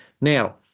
Now